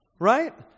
right